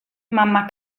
mamma